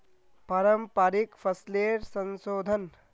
पारंपरिक फसलेर संशोधन